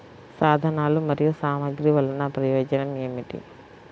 సాధనాలు మరియు సామగ్రి వల్లన ప్రయోజనం ఏమిటీ?